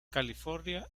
california